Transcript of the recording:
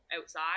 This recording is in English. outside